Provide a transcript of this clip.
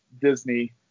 Disney